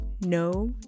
no